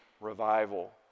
revival